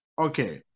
Okay